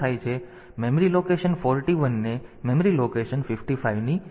તેથી memory location 41 ને memory location 55 ની સામગ્રી મળશે